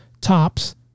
tops